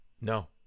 No